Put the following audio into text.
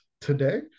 today